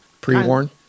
pre-worn